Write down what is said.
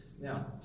Now